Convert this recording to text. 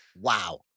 Wow